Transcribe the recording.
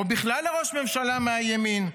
או בכלל לראש ממשלה מהימין?